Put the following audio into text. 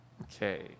Okay